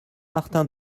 martin